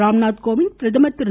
ராம்நாத் கோவிந்த் பிரதமர் திரு